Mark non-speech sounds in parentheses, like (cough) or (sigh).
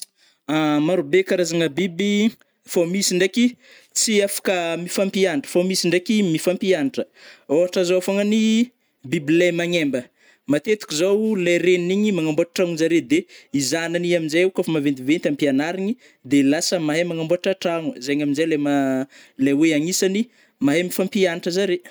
(hesitation) Maro be karazagna biby, fô misy ndraiky tsy afaka mifampiagnatra fô misy ndraiky mifampiagnatra, ôhatra zao fôgna ny (hesitation) biby lai magnembagna, matetiky zao lai renigny igny magnamboatra tranonjare de i zanagny i amzay kô fa maventiventy ampiagnarigny, de lasa mahay manambôtra trano, zegny amizay le ma- (hesitation) le oe agnisany le mahay mifampiagnatra zare.